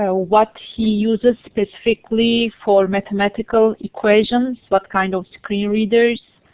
ah what he uses specifically for mathematical equations what kind of screen readers.